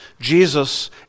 Jesus